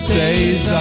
days